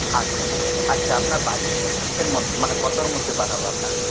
আচ্ছা ঠিক আছে আচ্ছা আপনার বাজেটটা কিসের মধ্যে মানে কতর মধ্যে পাঠাব আপনাকে